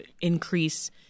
increase